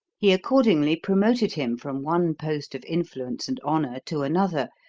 he accordingly promoted him from one post of influence and honor to another,